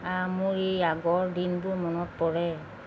আ মোৰ এই আগৰ দিনবোৰ মনত পৰে